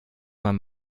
man